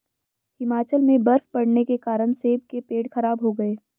हिमाचल में बर्फ़ पड़ने के कारण सेब के पेड़ खराब हो गए